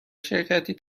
شرکتی